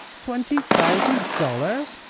twenty thousand dollars!